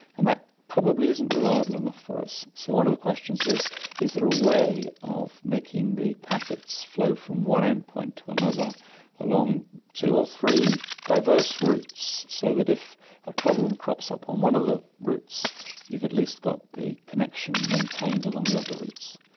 and that probably isn't reliable enough for us. so one of the questions is is there a way of making the packets flow from one end point to another along two or three diverse routes, so that if a problem crops up on one of the routes you've at least got the connection maintained along the other routes.